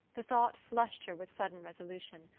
the thought flushed her with sudden resolution.